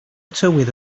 tywydd